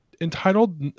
entitled